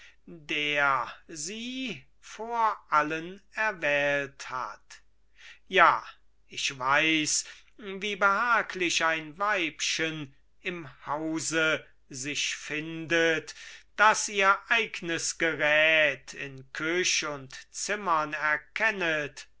der sie vor allen erwählt hat ja ich weiß wie behaglich ein weibchen im hause sich findet das ihr eignes gerät in küch und zimmern erkennet